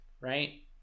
right